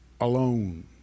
alone